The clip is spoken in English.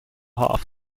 half